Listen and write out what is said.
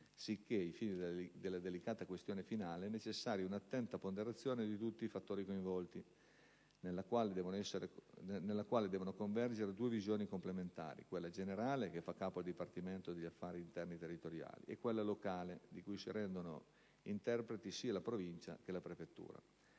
Sicché, ai fini della delicata decisione finale, è necessaria un'attenta ponderazione di tutti i fattori coinvolti, nella quale devono convergere due visioni complementari: quella generale, che fa capo al dipartimento per gli affari interni e territoriali, e quella locale, di cui si rendono interpreti sia la Provincia che la prefettura.